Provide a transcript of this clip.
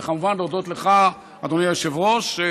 וכמובן, להודות לך, אדוני היושב-ראש,